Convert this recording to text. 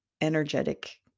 energetic